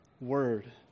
word